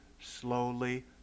slowly